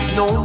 no